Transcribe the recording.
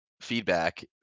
Feedback